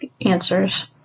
answers